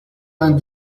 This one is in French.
vingt